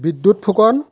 বিদ্যুৎ ফুকন